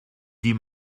dit